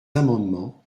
amendements